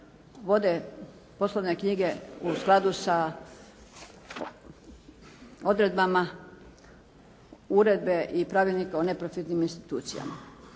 vode poslovne knjige u skladu sa odredbama uredbe i Pravilnika o neprofitnim institucijama.